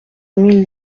mille